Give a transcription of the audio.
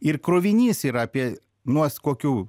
ir krovinys yra apie nors kokių